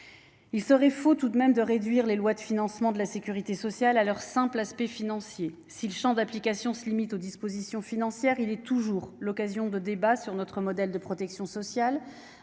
Il serait tout de même faux de réduire les lois de financement de la sécurité sociale à leur simple aspect financier. Si leur champ d'application se limite aux dispositions financières, ils sont toujours l'occasion de débats sur notre modèle de protection sociale,